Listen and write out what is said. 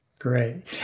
Great